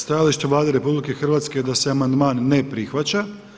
Stajalište Vlade RH je da se amandman ne prihvaća.